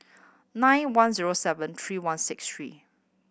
nine one zero seven three one six three